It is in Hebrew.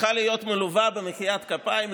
צריכה להיות מלווה במחיאת כפיים?